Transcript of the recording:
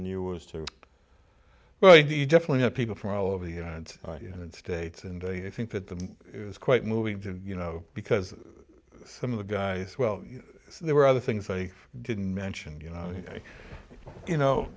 in you was to well you definitely have people from all over the united states and they think that that is quite moving to you know because some of the guys well you know there were other things they didn't mention you know i you know